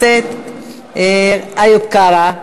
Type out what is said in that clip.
ראשונה,